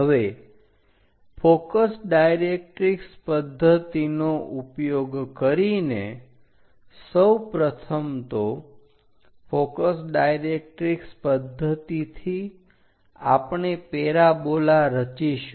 હવે focus directrix પદ્ધતિનો ઉપયોગ કરીને સૌપ્રથમ તો ફોકસ ડાયરેક્ટરીક્ષ પદ્ધતિથી આપણે પેરાબોલા રચીશું